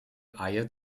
eier